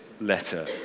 letter